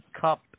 cup